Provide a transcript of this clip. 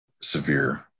severe